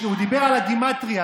הוא דיבר על הגימטרייה,